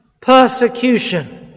persecution